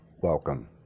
welcome